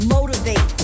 Motivate